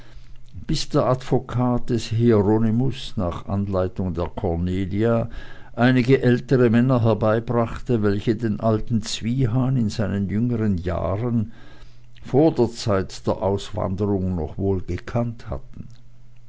bis der advokat des hieronymus nach anleitung der cornelia einige ältere männer herbeibrachte welche den alten zwiehan in seinen jüngeren jahren vor der zeit der auswanderung noch wohl gekannt hatten